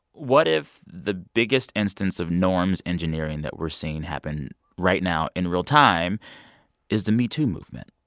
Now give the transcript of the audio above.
what if the biggest instance of norms engineering that we're seeing happen right now in real time is the metoo movement?